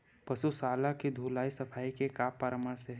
पशु शाला के धुलाई सफाई के का परामर्श हे?